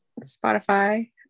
Spotify